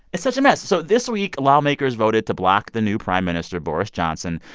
it's such a mess. so this week, lawmakers voted to block the new prime minister, boris johnson,